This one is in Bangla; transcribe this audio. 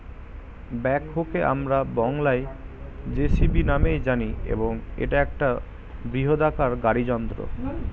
ব্যাকহোকে আমরা বংলায় জে.সি.বি নামেই জানি এবং এটা একটা বৃহদাকার গাড়ি যন্ত্র